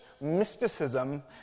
mysticism